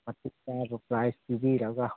ꯃꯇꯤꯛ ꯆꯥꯕ ꯄ꯭ꯔꯥꯏꯖ ꯄꯤꯕꯤꯔꯒ